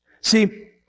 See